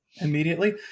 immediately